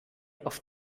auf